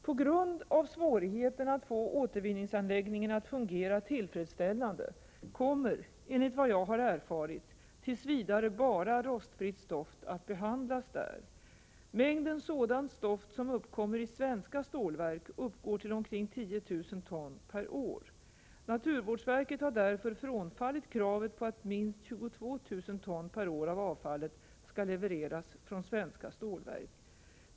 På grund av svårigheterna att få återvinningsanläggningen att fungera tillfredsställande kommer, enligt vad jag erfarit, tills vidare bara rostfritt stoft att behandlas där. Mängden sådant stoft som uppkommer i svenska stålverk uppgår till omkring 10 000 ton per år. Naturvårdsverket har därför frånfallit kravet på att minst 22 000 ton per år av avfallet skall levereras från svenska stålverk.